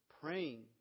praying